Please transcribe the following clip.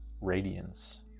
radiance